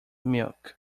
milk